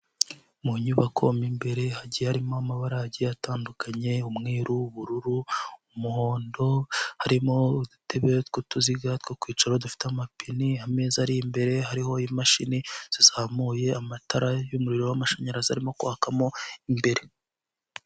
Mu nyubako mo imbere hagiye harimo amabara agiye atandukanye, umweru, ubururu, umuhondo harimo udutebe tw'utuziga two kwicaraho dufite amapine, ameza ari imbere hariho imashini zizamuye, amatara y'umuriro w'amashanyarazi arimo kwakamo imbere.